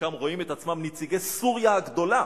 וחלקם רואים את עצמם נציגי סוריה הגדולה.